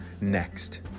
next